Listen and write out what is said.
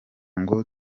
ngo